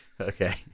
Okay